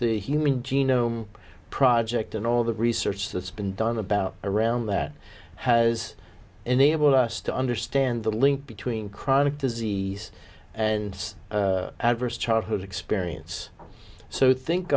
the human genome project and all the research that's been done about around that has enabled us to understand the link between chronic disease and adverse childhood experience so think